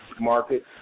market